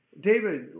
David